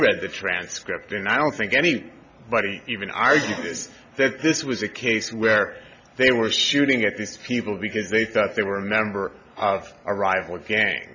read the transcript and i don't think any body even argue that this was a case where they were shooting at these people because they thought they were a member of a rival gang